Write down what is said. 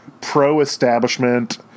pro-establishment